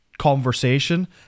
conversation